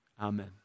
Amen